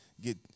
get